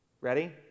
Ready